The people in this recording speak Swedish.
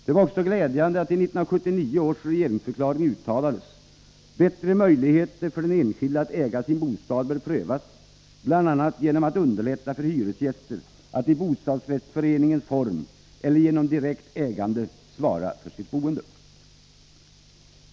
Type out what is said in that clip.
Det var också glädjande att det i 1979 års regeringsförklaring uttalades att bättre möjligheter för den enskilde att äga sin bostad bör prövas bl.a. genom att underlätta för hyresgäster att i bostadsrättsföreningens form eller genom direkt ägande svara för sitt boende.